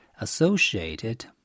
associated